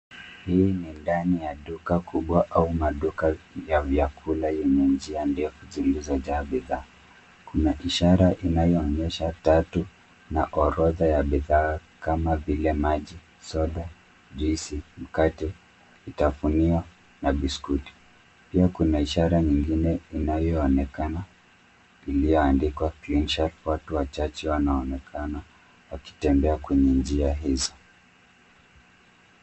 Hii ni ndani ya duka kubwa au maduka ya vyakula yenye njia defu zilizo jaa bidhaa kuna ishara inayoonyesha tatu na orodha ya bidhaa kama vile maji ,soda juice ,mkate ,vitafunio na biskuti pia kuna ishara nyingine inayoonekana ilioandikwa clean shelf watu wachache wanaonekana wanaonekana wakitembea kwenye njia hizo.